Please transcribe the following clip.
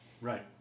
Right